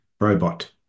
Robot